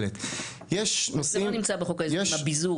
זה לא נמצא בחוק ההסדרים, הפיזור.